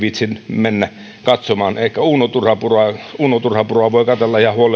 mennä katsomaan ehkä uuno turhapuroa uuno turhapuroa voi katsella ihan